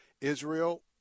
Israel